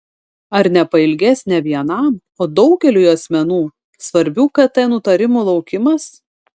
ar nepailgės ne vienam o daugeliui asmenų svarbių kt nutarimų laukimas